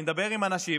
אני מדבר עם אנשים